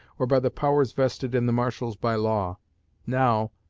or by the powers vested in the marshals by law now,